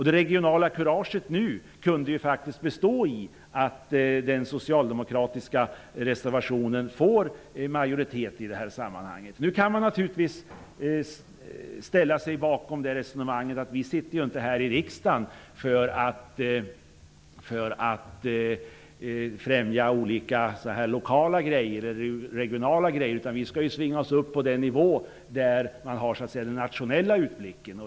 Det regionala kuraget nu kunde bestå i att majoriteten ställer sig bakom den socialdemokratiska reservationen. Man kan naturligtvis hålla med om resonemanget att vi inte sitter i riksdagen för att främja olika lokala eller regionala saker, utan vi skall svinga oss upp på den nivå där man har den nationella utblicken.